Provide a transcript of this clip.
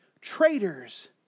traitors